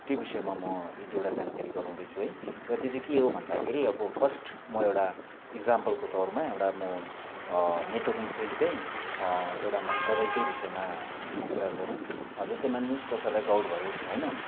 त्यो विषयमा म एक दुईवटा जानकारी गराउँदैछु है र त्यो चाहिँ के हो भन्दाखेरि अब फर्स्ट म एउटा इक्जाम्पलको तौरमा एउटा म नेटवर्किङ फिल्डकै एउटा म दवाईकै विषयमा म कुरा गरौँ जस्तै मानिलिनुहोस् कसैलाई गाउड भयो होइन